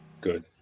Good